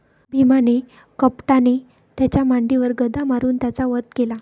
भीमाने कपटाने त्याच्या मांडीवर गदा मारून त्याचा वध केला